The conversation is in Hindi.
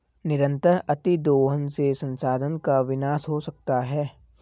निरंतर अतिदोहन से संसाधन का विनाश हो सकता है